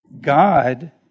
God